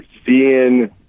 seeing